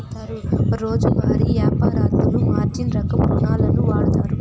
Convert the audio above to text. రోజువారీ యాపారత్తులు మార్జిన్ రకం రుణాలును వాడుతారు